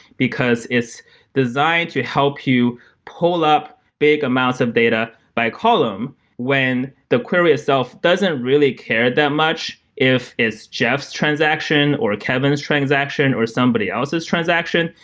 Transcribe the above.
because it's designed to help you pull up big amounts of data by column when the query itself doesn't really care that much if it's jeff transaction, or kevin's transaction or somebody else's transaction.